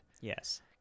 yes